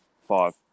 five